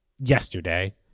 yesterday